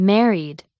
Married